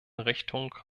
richtung